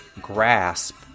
grasp